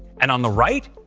and on the right,